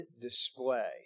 display